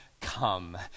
come